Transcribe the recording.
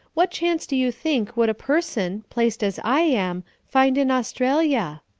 what chance do you think would a person, placed as i am, find in australia?